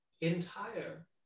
entire